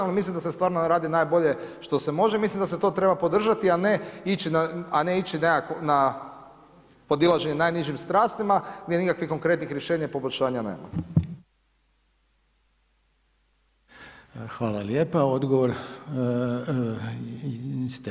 Ali mislim da se stvarno radi najbolje što se može i mislim da se to treba podržati, a ne ići na podilaženje najnižim strastima gdje nikakvih konkretnih rješenja i poboljšanja nema.